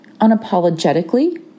unapologetically